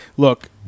Look